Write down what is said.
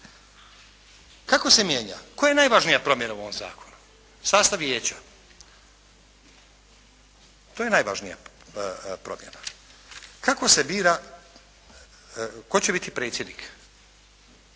Kako se mijenja? Koja je najvažnija promjena u ovom zakonu? Sastav vijeća. To je najvažnija promjena. Kako se bira tko će biti predsjednik.